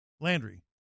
Landry